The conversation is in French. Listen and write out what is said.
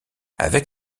avec